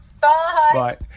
bye